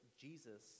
Jesus